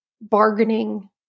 bargaining